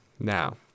Now